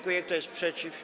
Kto jest przeciw?